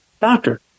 Doctor